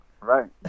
Right